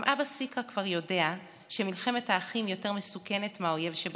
גם אבא סיקרא כבר יודע שמלחמת האחים יותר מסוכנת מהאויב שבחוץ,